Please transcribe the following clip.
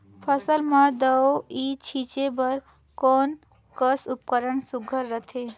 फसल म दव ई छीचे बर कोन कस उपकरण सुघ्घर रथे?